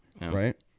right